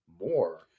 more